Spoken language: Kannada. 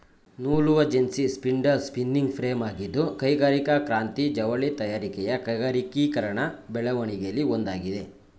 ನೂಲುವಜೆನ್ನಿ ಸ್ಪಿಂಡಲ್ ಸ್ಪಿನ್ನಿಂಗ್ ಫ್ರೇಮಾಗಿದ್ದು ಕೈಗಾರಿಕಾ ಕ್ರಾಂತಿ ಜವಳಿ ತಯಾರಿಕೆಯ ಕೈಗಾರಿಕೀಕರಣ ಬೆಳವಣಿಗೆಲಿ ಒಂದಾಗಿದೆ